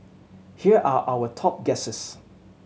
here are our top guesses